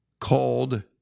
called